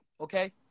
okay